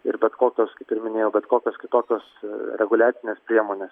ir bet kokios kaip ir minėjau bet kokios kitokios reguliacinės priemonės